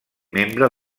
membre